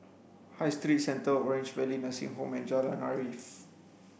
High Street Centre Orange Valley Nursing Home and Jalan Arif